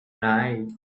night